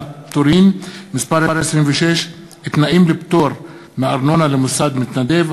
(פטורין) (מס' 26) (תנאים לפטור מארנונה למוסד מתנדב),